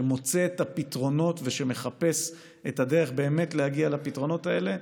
שמוצא את הפתרונות ושמחפש את דרך להגיע באמת לפתרונות האלה.